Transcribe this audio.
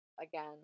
again